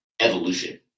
evolution